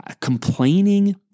Complaining